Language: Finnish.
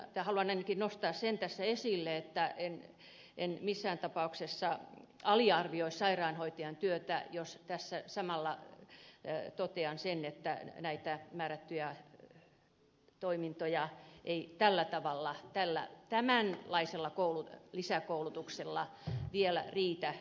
haluan ainakin nostaa sen tässä esille että en missään tapauksessa aliarvioi sairaanhoitajan työtä jos tässä samalla totean sen että määrättyjen toimintojen siirtämiseen sairaanhoitajien toteuttamiksi ei tämänlainen lisäkoulutus vielä riitä